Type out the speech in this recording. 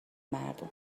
مردم